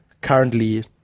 currently